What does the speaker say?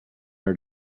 are